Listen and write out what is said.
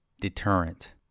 Deterrent